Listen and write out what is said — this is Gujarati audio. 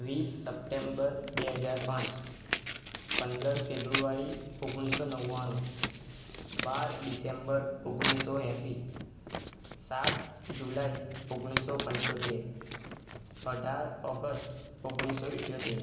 વીસ સપ્ટેમ્બર બે હજાર પાંચ પંદર ફેબ્રુઆરી ઓગણીસો નવ્વાણું બાર ડિસેમ્બર ઓગાણીસો એંશી સાત જુલાઈ ઓગાણીસો પંચોતેર અઢાર ઓગસ્ટ ઓગાણીસો ઇઠયોતેર